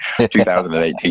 2018